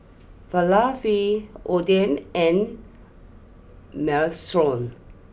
Falafel Oden and Minestrone